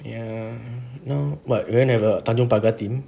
ya no but whenever tanjong pagar theme